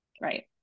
right